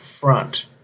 front